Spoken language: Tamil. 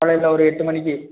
காலையில் ஒரு எட்டு மணிக்கு